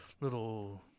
little